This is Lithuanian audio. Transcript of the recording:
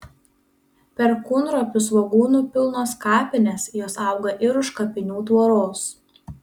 perkūnropių svogūnų pilnos kapinės jos auga ir už kapinių tvoros